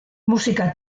musika